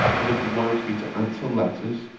as oblige me to answer letters,